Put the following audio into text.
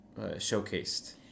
showcased